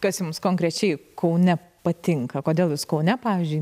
kas jums konkrečiai kaune patinka kodėl jūs kaune pavyzdžiui